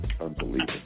Unbelievable